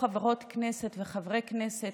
חברות כנסת וחברי כנסת,